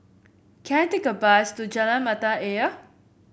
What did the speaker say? can I take a bus to Jalan Mata Ayer